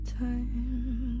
time